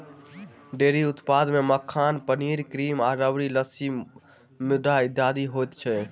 dairy उत्पाद मे मक्खन, पनीर, क्रीम, घी, राबड़ी, लस्सी, मट्ठा इत्यादि होइत अछि